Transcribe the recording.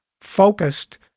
focused